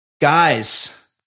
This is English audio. Guys